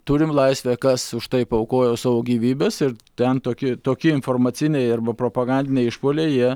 turim laisvę kas už tai paaukojo savo gyvybes ir ten tokie tokie informaciniai arba propagandiniai išpuoliai jie